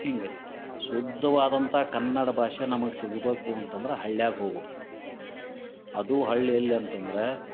ಹಿಂಗೆ ಶುದ್ಧವಾದಂಥಾ ಕನ್ನಡ ಭಾಷೆ ನಮಗೆ ಸಿಗಬೇಕು ಅಂತಂದ್ರ ಹಳ್ಳ್ಯಾಗ ಹೋಗಬೇಕು ಅದು ಹಳ್ಳಿಯಲ್ಲಿ ಅಂತಂದ್ರ